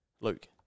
Luke